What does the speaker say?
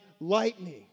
lightning